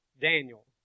Daniel